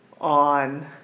on